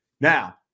now